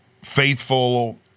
faithful-